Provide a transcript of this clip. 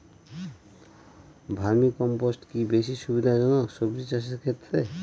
Vermi compost কি বেশী সুবিধা জনক সবজি চাষের ক্ষেত্রে?